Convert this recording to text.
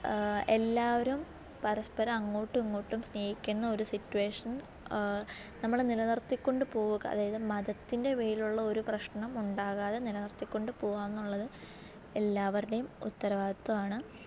എല്ലാവരും പരസ്പരം അങ്ങോട്ടും ഇങ്ങോട്ടും സ്നേഹിക്കുന്ന ഒരു സിറ്റുവേഷൻ നമ്മൾ നിലനിർത്തിക്കൊണ്ട് പോവുക അതായത് മതത്തിൻ്റെ പേരിലുള്ള ഒരു പ്രശ്നം ഉണ്ടാകാതെ നിലനിറുത്തിക്കൊണ്ട് പോവുക എന്നുള്ളത് എല്ലാവരുടെയും ഉത്തരവാദിത്വമാണ്